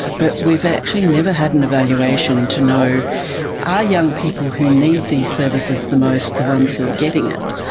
but we've actually never had an evaluation to know are young people who need these services the most the ones who are getting it,